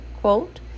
quote